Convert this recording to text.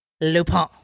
Lupin